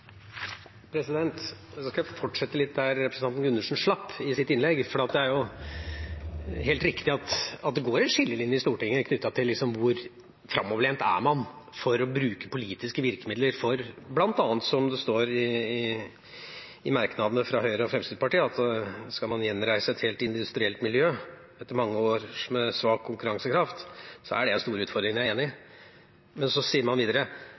helt riktig at det går en skillelinje i Stortinget knyttet til hvor framoverlent man er med å bruke politiske virkemidler, for – som det står i merknadene fra Høyre og Fremskrittspartiet – skal man gjenreise et helt industrielt miljø «etter mange år med svak konkurransekraft», er det «en stor utfordring». Det er jeg enig i, men så sier man videre: